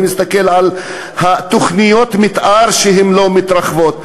אני מסתכל על תוכניות המתאר שלא מתרחבות,